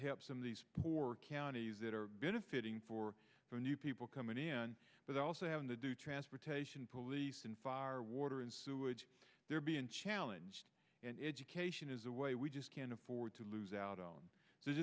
help some of these poor counties that are benefiting for the new people coming in but also having to do transportation police and fire water and sewage they're being challenged and education is a way we just can't afford to lose out on